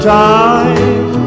time